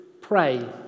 Pray